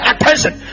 attention